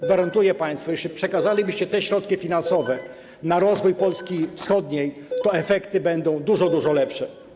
Gwarantuje państwu, że jeśli przekażecie te środki finansowe na rozwój Polski wschodniej, to efekty będą dużo, dużo lepsze.